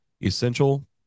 essential